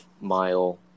mile